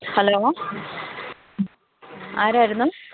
hello ആരായിരുന്നു